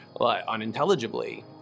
unintelligibly